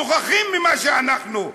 שוכחים ממה שאנחנו.